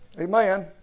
Amen